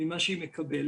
ממה שהיא מקבלת,